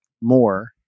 more